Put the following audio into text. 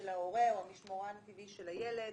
של ההורה או המשמורן הטבעי של הילד,